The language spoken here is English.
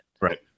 Right